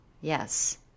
Yes